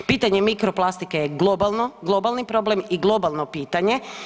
Pitanje mikro plastike je globalno, globalni problem i globalno pitanje.